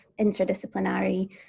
interdisciplinary